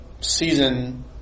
season